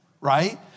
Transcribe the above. right